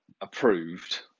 Approved